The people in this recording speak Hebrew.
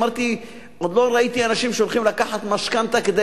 אמרתי שעוד לא ראיתי שהולכים לקחת משכנתה כדי